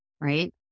right